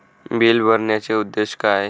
Bill भरण्याचे उद्देश काय?